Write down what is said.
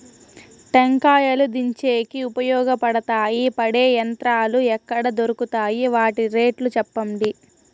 టెంకాయలు దించేకి ఉపయోగపడతాయి పడే యంత్రాలు ఎక్కడ దొరుకుతాయి? వాటి రేట్లు చెప్పండి?